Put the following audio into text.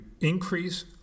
increase